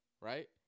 right